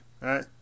right